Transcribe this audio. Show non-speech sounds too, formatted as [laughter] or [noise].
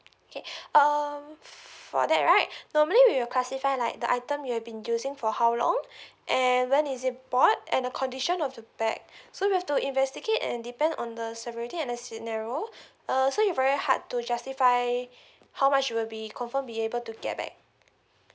okay [breath] um for that right normally we will classify like the item you have been using for how long [breath] and when is it bought and the condition of the bag [breath] so we have to investigate and depends on the severity and the scenario err so it very hard to justify how much it will be confirmed be able to get back